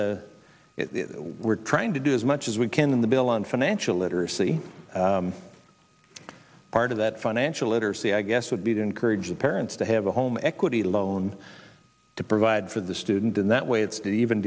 a we're trying to do as much as we can in the bill on financial literacy part of that financial literacy i guess would be to encourage parents to have a home equity loan to provide for the student in that way it's